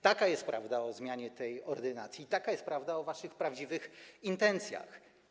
Taka jest prawda o zmianie tej ordynacji i taka jest prawda o waszych prawdziwych intencjach.